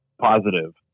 positive